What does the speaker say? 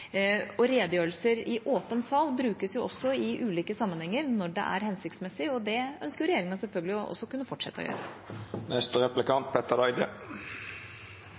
iverksettes. Redegjørelser i åpen sal brukes i ulike sammenhenger når det er hensiktsmessig, og det ønsker regjeringen selvfølgelig å kunne fortsette å gjøre.